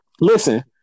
Listen